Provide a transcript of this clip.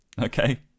Okay